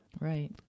Right